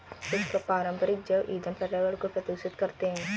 कुछ पारंपरिक जैव ईंधन पर्यावरण को प्रदूषित करते हैं